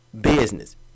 business